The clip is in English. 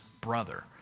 brother